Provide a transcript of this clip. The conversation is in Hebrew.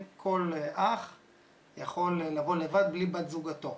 כל אח יכול לבוא לבד בלי בת זוגתו,